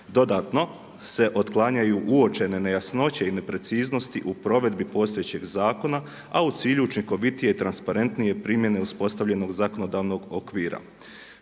Dodatno se otklanjaju uočene nejasnoće i nepreciznosti u provedbi postojećeg zakona, a u cilju učinkovitije i transparentnije primjene uspostavljenog zakonodavnog okvira.